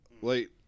Wait